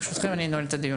ברשותכם, אני נועל את הדיון.